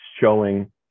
showing